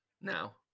now